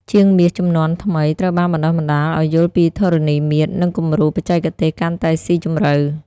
ជាងមាសជំនាន់ថ្មីត្រូវបានបណ្ដុះបណ្ដាលឱ្យយល់ពីធរណីមាត្រ និងគំនូរបច្ចេកទេសកាន់តែស៊ីជម្រៅ។